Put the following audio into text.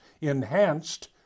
enhanced